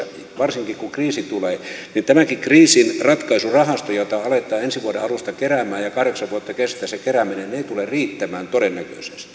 varsinkin kun kriisi tulee niin tämäkään kriisinratkaisurahasto jota aletaan ensi vuoden alusta keräämään ja kahdeksan vuotta kestää se kerääminen ei tule todennäköisesti riittämään